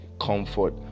comfort